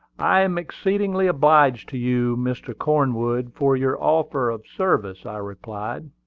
i am exceedingly obliged to you, mr. cornwood, for your offer of service, i replied.